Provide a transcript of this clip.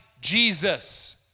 Jesus